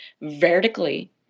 vertically